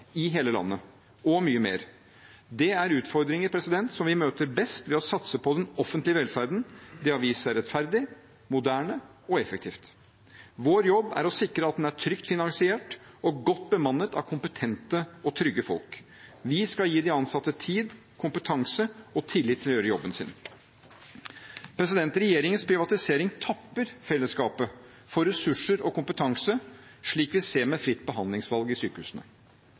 i hele landet, og mye mer. Det er utfordringer som vi møter best ved å satse på den offentlige velferden. Det har vist seg rettferdig, moderne og effektivt. Vår jobb er å sikre at den er trygt finansiert og godt bemannet av kompetente og trygge folk. Vi skal gi de ansatte tid, kompetanse og tillit til å gjøre jobben sin. Regjeringens privatisering tapper felleskapet for ressurser og kompetanse, slik vi ser med fritt behandlingsvalg i sykehusene.